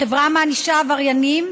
החברה מענישה עבריינים,